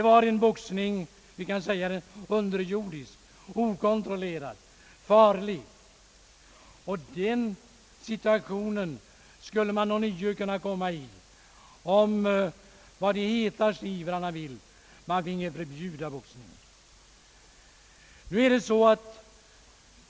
Vi kan säga att det var en underjordisk, okontrollerad och farlig boxning, och den situationen skulle vi ånyo kunna råka in i, om de hetaste ivrarna får som de vill, nämligen ett förbud mot boxningen.